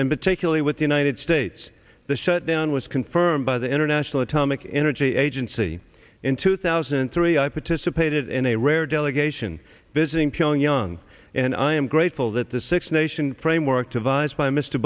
and particularly with the united states the shutdown was confirmed by the international atomic energy agency in two thousand and three i participated in a rare delegation visiting telling young and i am grateful that the six nation framework devised by mr